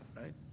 right